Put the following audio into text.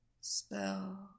spell